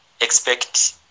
Expect